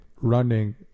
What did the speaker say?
running